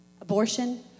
Abortion